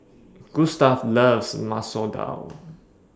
Gustaf loves Masoor Dal